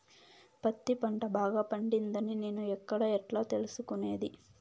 పత్తి పంట బాగా పండిందని నేను ఎక్కడ, ఎట్లా తెలుసుకునేది?